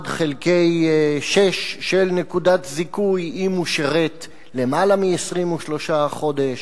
1 חלקי 6 של נקודת זיכוי אם הוא שירת למעלה מ-23 חודש,